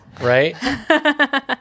right